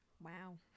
Wow